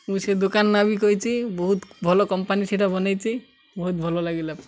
ମୁଁ ସେ ଦୋକାନ ନା ବି କହିଛି ବହୁତ ଭଲ କମ୍ପାନୀ ସେଇଟା ବନାଇଛି ବହୁତ ଭଲ ଲାଗିଲା